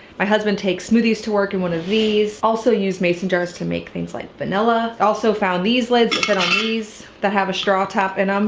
my husband takes smoothies to work in one of these. also use mason jars to make things like vanilla. also found these lids that fit on these that have a straw top in um